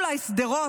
אולי שדרות?